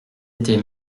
été